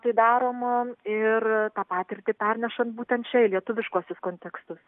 tai daroma ir tą patirtį pernešant būtent čia į lietuviškuosius kontekstus